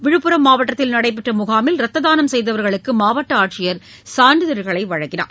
விழுப்புரம் மாவட்டத்தில் நடைபெற்ற முகாமில் ரத்த தானம் செய்தவர்களுக்கு மாவட்ட ஆட்சியர் சான்றிதழ்களை வழங்கினார்